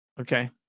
Okay